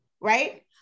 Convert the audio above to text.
right